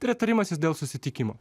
tai yra tarimasis dėl susitikimo